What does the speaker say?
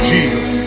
Jesus